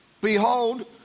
Behold